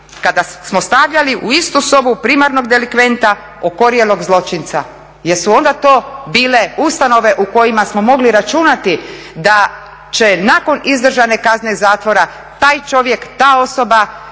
kada smo stavljali u istu sobu primarnog delikventa, okorjelog zločinca. Jesu onda to bile ustanove u kojima smo mogli računati da će nakon izdržane kazne zatvora taj čovjek, ta osoba